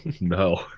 No